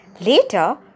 Later